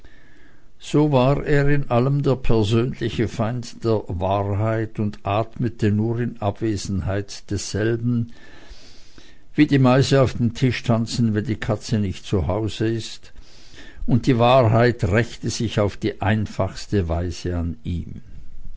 so war er in allem der persönliche feind der wahrheit und atmete nur in abwesenheit derselben wie die mäuse auf dem tische tanzen wenn die katze nicht zu hause ist und die wahrheit rächte sich auf die einfachste weise an ihm